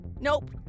Nope